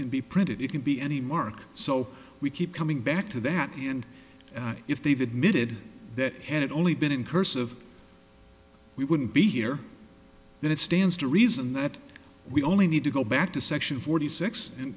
because be printed it can be any mark so we keep coming back to that and if they've admitted that had it only been in cursive we wouldn't be here then it stands to reason that we only need to go back to section forty six and